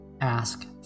ask